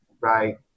right